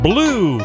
Blue